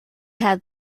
had